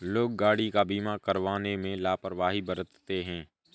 लोग गाड़ी का बीमा करवाने में लापरवाही बरतते हैं